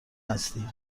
هستی